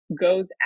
goes